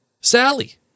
Sally